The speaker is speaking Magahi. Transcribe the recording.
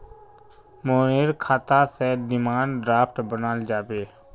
मोहनेर खाता स डिमांड ड्राफ्ट बनाल जाबे